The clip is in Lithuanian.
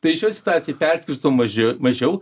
tai šioj situacijoj perskirtom maži mažiau